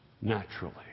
naturally